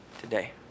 today